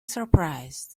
surprised